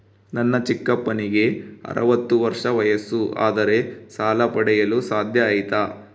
ನನ್ನ ಚಿಕ್ಕಪ್ಪನಿಗೆ ಅರವತ್ತು ವರ್ಷ ವಯಸ್ಸು ಆದರೆ ಸಾಲ ಪಡೆಯಲು ಸಾಧ್ಯ ಐತಾ?